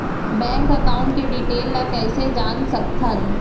Bank account के detail ल कइसे जान सकथन?